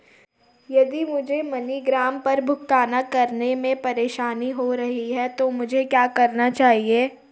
यदि मुझे मनीग्राम पर भुगतान करने में परेशानी हो रही है तो मुझे क्या करना चाहिए?